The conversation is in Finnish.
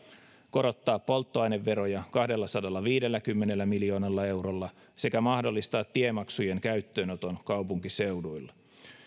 korottaa polttoaineveroja kahdellasadallaviidelläkymmenellä miljoonalla eurolla sekä mahdollistaa tiemaksujen käyttöönoton kaupunkiseuduilla